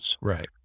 right